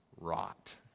rot